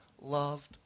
loved